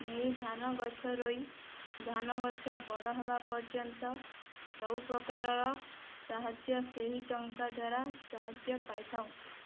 ନେଇ ଧାନଗଛ ରୋଇ ଧାନଗଛ ବଡ଼ ହେବା ପର୍ଯ୍ୟନ୍ତ ସବୁପ୍ରକାରର ସାହାଯ୍ୟ ସେହି ଟଙ୍କା ଦ୍ଵାରା ସାହାଯ୍ୟ ପାଇଥାଉଁ